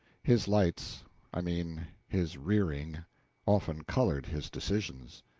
his lights i mean his rearing often colored his decisions.